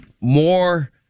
more